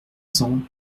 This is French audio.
cents